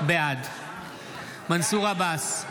בעד מנסור עבאס,